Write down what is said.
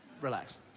relax